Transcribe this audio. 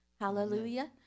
Hallelujah